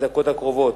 בדקות הקרובות.